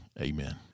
Amen